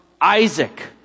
Isaac